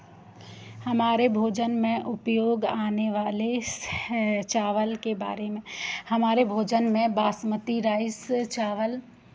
हमारे भोजन में उपयोग आने वाले चावल के बारे में हमारे भोजन में बासमती राइस चावल